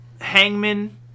Hangman